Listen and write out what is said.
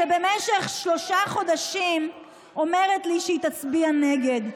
שבמשך שלושה חודשים אומרת לי שהיא תצביע נגד,